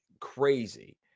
crazy